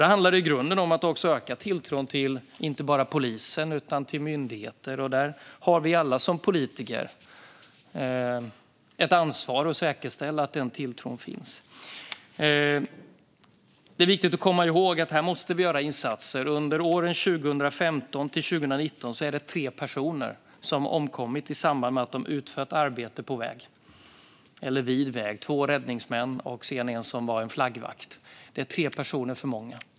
Det handlar i grunden om att öka tilltron till inte bara polisen utan också till myndigheter. Där har vi alla politiker ett ansvar att säkerställa att tilltron finns. Det är viktigt att komma ihåg att göra insatser. Under åren 2015 till 2019 omkom tre personer i samband med att de utförde arbete på eller vid väg. Det var två räddningsmän och en flaggvakt - tre personer för många.